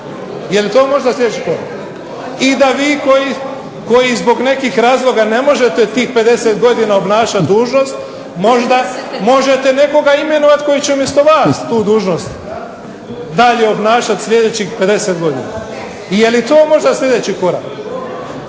Je li to možda sljedeći korak? … /Buka u dvorani./… I da vi koji zbog nekih razloga ne možete tih 50 godina obnašat dužnost možda možete nekoga imenovat koji će umjesto vas tu dužnost dalje obnašat sljedećih 50 godina. Je li to možda sljedeći korak?